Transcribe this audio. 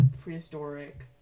prehistoric